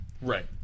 right